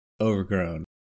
Overgrown